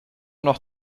noch